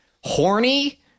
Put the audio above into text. horny